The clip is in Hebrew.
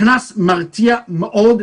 הקנס מרתיע מאוד,